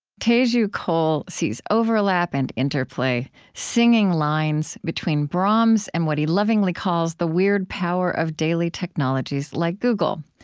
teju cole sees overlap and interplay, singing lines, between brahms and what he lovingly calls the weird power of daily technologies like google.